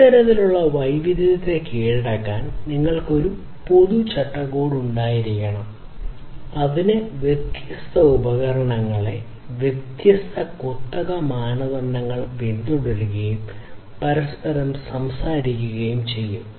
ഇത്തരത്തിലുള്ള വൈവിധ്യത്തെ കീഴടക്കാൻ നിങ്ങൾക്ക് ഒരു പൊതു ചട്ടക്കൂട് ഉണ്ടായിരിക്കണം അത് ഈ വ്യത്യസ്ത ഉപകരണങ്ങളെ വ്യത്യസ്ത കുത്തക മാനദണ്ഡങ്ങൾ പിന്തുടരുകയും പരസ്പരം സംസാരിക്കുകയും ചെയ്യും